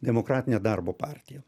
demokratinė darbo partija